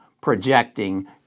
projecting